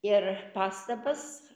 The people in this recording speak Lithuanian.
ir pastabas